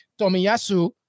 Tomiyasu